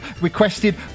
requested